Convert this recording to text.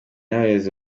n’abayobozi